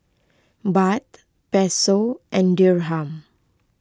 Baht Peso and Dirham